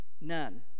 none